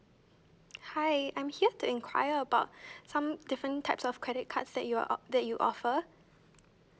hi I'm here to inquire about some different types of credit cards that you're that you offer